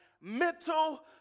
mental